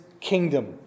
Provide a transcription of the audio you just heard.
kingdom